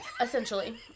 essentially